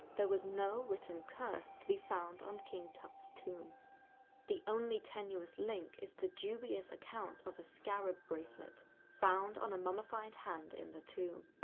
there was no written curse to be found on king tut's tomb the only tenuous link is the dubious account of a scarab bracelet found on a mummified hand in the tomb.